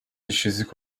işsizlik